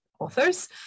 authors